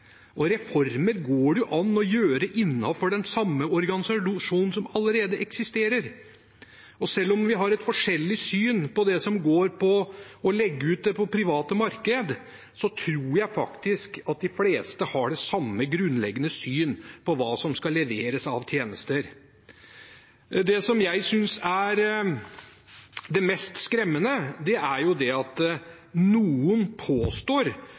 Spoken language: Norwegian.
kvalitet. Reformer går det jo an å gjøre innenfor den organisasjonen som allerede eksisterer. Selv om vi har forskjellig syn på det som går på å legge det ut på det private marked, tror jeg at de fleste har det samme grunnleggende syn på hva som skal leveres av tjenester. Det jeg synes er det mest skremmende, er at noen – og disse noen er jo folk med høy kompetanse – påstår og rett og slett sier at